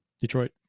detroit